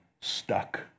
stuck